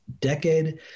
decade